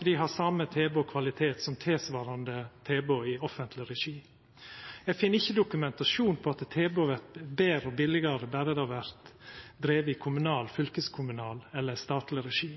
dei har same tilbod og kvalitet som tilsvarande tilbod i offentleg regi. Eg finn ikkje dokumentasjon på at tilbodet vert betre og billigare berre det vert drive i kommunal, fylkeskommunal eller statleg regi.